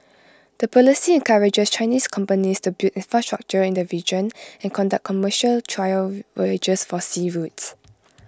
the policy encourages Chinese companies to build infrastructure in the region and conduct commercial trial voyages for sea routes